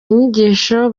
inyigisho